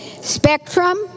Spectrum